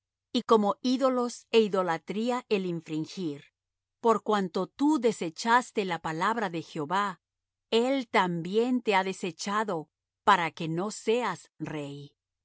y como ídolos é idolatría el infringir por cuanto tú desechaste la palabra de jehová él también te ha desechado para que no seas rey